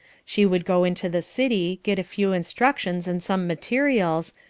she would go into the city, get a few instructions and some materials,